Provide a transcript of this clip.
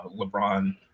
lebron